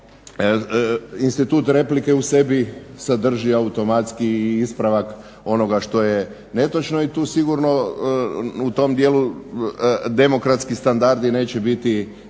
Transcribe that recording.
da institut replike u sebi sadrži automatski i ispravak onoga što je netočno i tu sigurno u tom dijelu, demokratski standardi neće biti umanjeni.